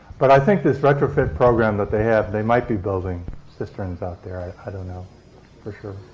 but i think this retrofit program that they have, they might be building cisterns out there. i don't know for sure.